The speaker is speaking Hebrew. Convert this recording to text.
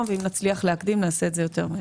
ואם נצליח להקדים נעשה את זה יותר מהר.